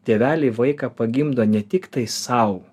tėveliai vaiką pagimdo ne tiktai sau